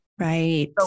Right